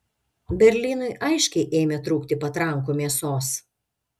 berlynui aiškiai ėmė trūkti patrankų mėsos